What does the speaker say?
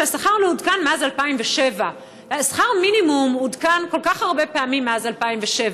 השכר לא עודכן מאז 2007. שכר המינימום עודכן כל כך הרבה פעמים מאז 2007,